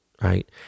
right